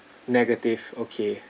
negative okay